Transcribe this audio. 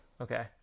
Okay